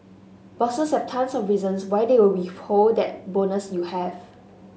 bosses have tons of reasons why they will withhold that bonus you have